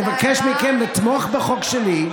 אני מבקש מכם לתמוך בחוק שלי,